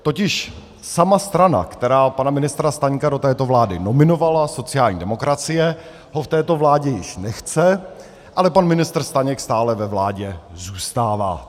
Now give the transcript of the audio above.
Totiž sama strana, která pana ministra Staňka do této vlády nominovala, sociální demokracie, ho v této vládě již nechce, ale pan ministr Staněk stále ve vládě zůstává.